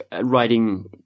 writing